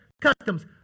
customs